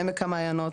בעמק המעיינות,